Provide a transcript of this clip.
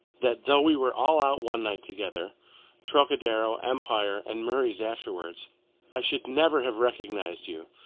that though we were all out one night together trocadero, empire, and murray's afterwards i should never have recognised you.